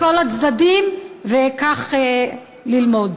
ומכל הצדדים, ומכך ללמוד.